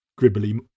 gribbly